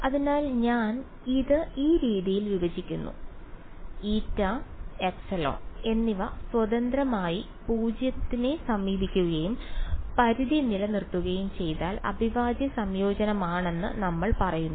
അതിനാൽ ഞാൻ ഇത് ഈ രീതിയിൽ വിഭജിക്കുന്നു η ε എന്നിവ സ്വതന്ത്രമായി 0 നെ സമീപിക്കുകയും പരിധി നിലനിൽക്കുകയും ചെയ്താൽ അവിഭാജ്യ സംയോജനമാണെന്ന് നമ്മൾ പറയുന്നു